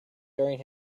during